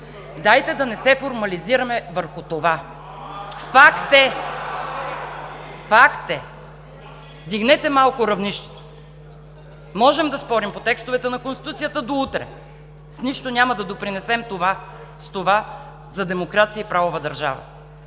Дайте да не се формализираме върху това. (Възгласи от ГЕРБ: „Ааа!“) Факт е! Вдигнете малко равнището. Можем да спорим по текстовете на Конституцията до утре – с нищо няма да допринесем с това за демокрация и правова държава.